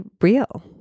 real